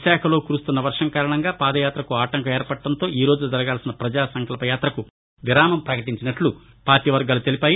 విశాఖలో కురుస్తున్న వర్షం కారణంగా పాదయాతకు ఆటంకం ఏర్పడటంతో ఈ రోజు జరగాలిసిన పజాసంకల్పయాతకు విరామం పకటించినట్ల పార్టీ వర్గాలు తెలిపాయి